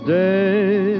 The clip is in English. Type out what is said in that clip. day